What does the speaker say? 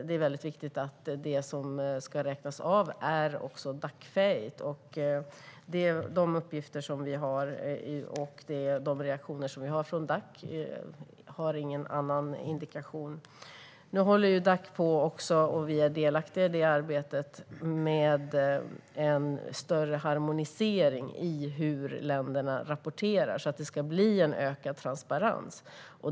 Det är viktigt att det som ska räknas av är Dacfähigt, och de uppgifter och reaktioner som vi har fått från Dac ger ingen annan indikation. Dac arbetar nu för en större harmonisering i hur länderna rapporterar, så att det ska bli en ökad transparens.